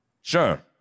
Sure